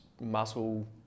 muscle